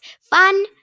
Fun